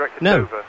No